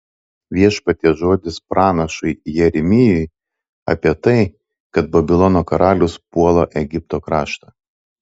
viešpaties žodis pranašui jeremijui apie tai kad babilono karalius puola egipto kraštą